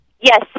Yes